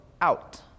out